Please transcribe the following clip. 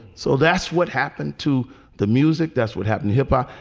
so that's what happened to the music. that's what happened. hip hop,